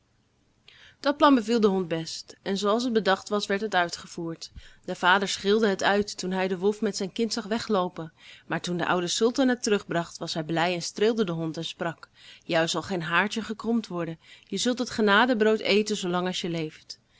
dat plan beviel den hond best en zooals het bedacht was werd het uitgevoerd de vader schreeuwde het uit toen hij den wolf met zijn kind zag wegloopen maar toen de oude sultan het terugbracht was hij blij en streelde den hond en sprak jou zal geen haartje gekromd worden je zult het genadebrood eten zoolang als je leeft